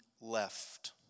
left